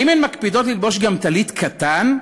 האם הן מקפידות ללבוש גם טלית קטן,